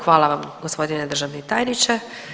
Hvala vam gospodine državni tajniče.